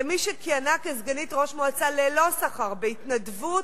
כמי שכיהנה כסגנית ראש מועצה ללא שכר, בהתנדבות,